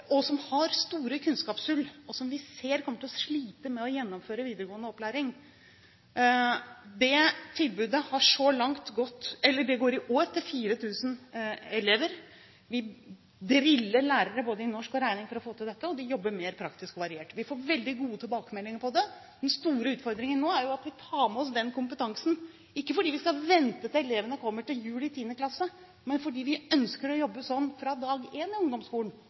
som vi ser kommer til å slite med å gjennomføre videregående opplæring. Det tilbudet går i år til 4 000 elever. Vi driller lærere i både norsk og regning for å få til dette, og de jobber mer praktisk og variert. Vi får veldig gode tilbakemeldinger på dette. Den store utfordringen nå er at vi tar med oss den kompetansen – ikke fordi vi skal vente til elevene kommer til jul i 10. klasse, men fordi vi ønsker å jobbe slik fra dag én i ungdomsskolen,